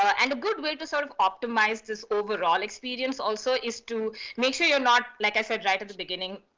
and a good way to sort of optimize this overall experience also is to make sure you're not, like i said right at the beginning,